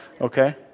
okay